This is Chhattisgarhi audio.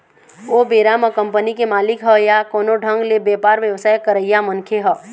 ओ बेरा म कंपनी के मालिक ह या कोनो ढंग ले बेपार बेवसाय करइया मनखे ह